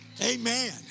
Amen